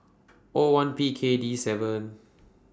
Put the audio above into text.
O one P K D seven